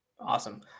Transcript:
Awesome